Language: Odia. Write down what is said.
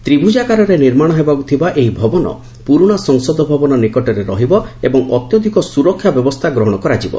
ତ୍ରିଭୁଜାକାରରେ ନିର୍ମାଶ ହେବାକୁ ଥିବା ଏହି ଭବନ ପୁରୁଣା ସଂସଦ ଭବନ ନିକଟରେ ରହିବ ଏବଂ ଅତ୍ୟଧିକ ସୁରକ୍ଷା ବ୍ୟବସ୍ଥା ଗ୍ରହଣ କରାଯିବ